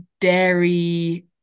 dairy